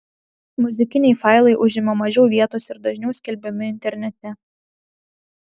muzikiniai failai užima mažiau vietos ir dažniau skelbiami internete